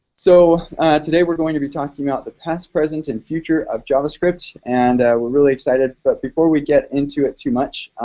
so today we're going to be talking about the past, present, and future of javascript, and we're really excited, but before we get into it too much,